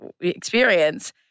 experience